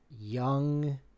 young